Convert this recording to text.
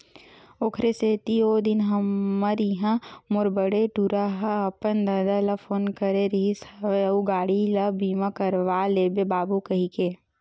ओखरे सेती ओ दिन हमर इहाँ मोर बड़े टूरा ह अपन ददा ल फोन करे रिहिस हवय अउ गाड़ी ल बीमा करवा लेबे बाबू कहिके